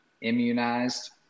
immunized